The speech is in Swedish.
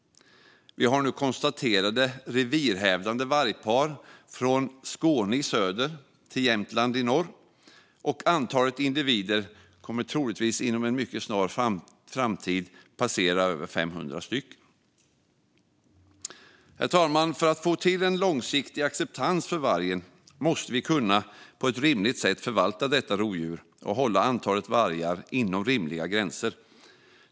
Vi har nu konstaterade revirhävdande vargpar från Skåne i söder till Jämtland i norr, och antalet individer kommer troligtvis inom en mycket snar framtid att passera 500 stycken. Herr talman! För att få till långsiktig acceptans för vargen måste vi kunna förvalta detta rovdjur på ett rimligt sätt och hålla antalet vargar inom rimliga gränser.